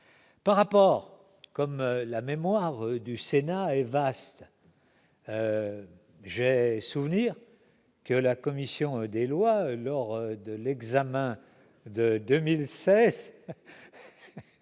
par rapport comme la mémoire du Sénat Éva j'ai souvenir que la commission des lois, lors de l'examen de 2007